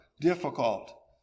difficult